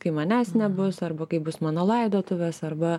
kai manęs nebus arba kai bus mano laidotuvės arba